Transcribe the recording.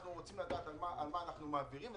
אנחנו רוצים לדעת מה אנחנו מעבירים.